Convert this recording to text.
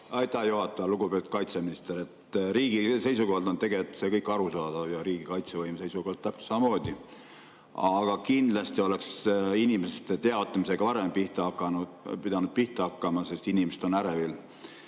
Aitäh, juhataja! Lugupeetud kaitseminister! Riigi seisukohalt on see kõik arusaadav ja riigi kaitsevõime seisukohalt täpselt samamoodi. Aga kindlasti oleks inimeste teavitamisega varem pidanud pihta hakkama, sest inimesed on ärevil,